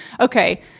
Okay